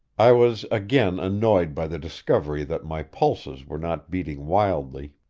i was again annoyed by the discovery that my pulses were not beating wildly,